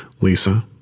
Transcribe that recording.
Lisa